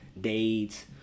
dates